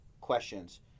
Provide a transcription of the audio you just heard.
questions